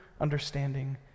understanding